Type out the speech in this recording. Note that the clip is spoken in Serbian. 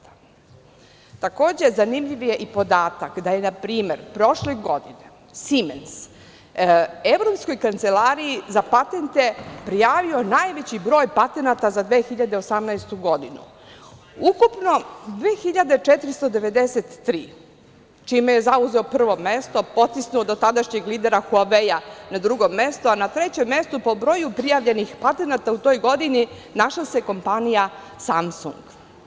Takođe, zanimljiv je i podatak da je na primer prošle godine „Simens“, Evropskoj kancelariji za patente prijavio najveći broj patenata za 2018. godinu, ukupno 2.493 čime je zauzeo prvo mesto potisnuo dotadašnjeg lidera „Huaveja“ na drugo mesto, a na trećem mestu po broju prijavljenih patenata u toj godini našla se kompanija „Samsung“